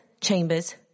Chambers